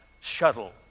shuttle